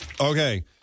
Okay